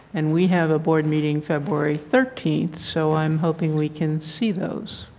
and we have a board meeting february thirteen so i'm hoping we can see those.